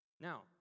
Now